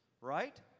right